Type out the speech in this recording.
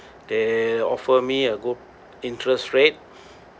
they offer me a good interest rate